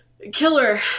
killer